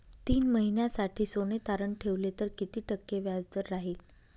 तीन महिन्यासाठी सोने तारण ठेवले तर किती टक्के व्याजदर राहिल?